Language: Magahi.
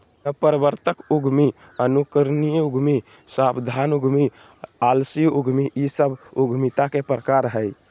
नवप्रवर्तक उद्यमी, अनुकरणीय उद्यमी, सावधान उद्यमी, आलसी उद्यमी इ सब उद्यमिता के प्रकार हइ